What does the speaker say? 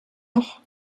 noch